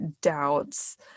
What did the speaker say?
doubts